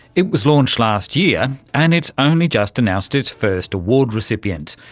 it was launched last year and it's only just announced its first award recipient.